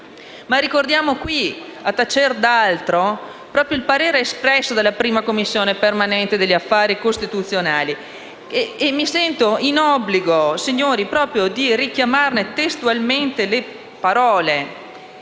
Ma ricordiamo qui, a tacer d'altro, il parere espresso dalla 1a Commissione permanente affari costituzionali del Senato; mi sento in obbligo, signori, proprio di richiamare testualmente tali parole,